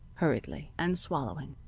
hurriedly, and swallowing.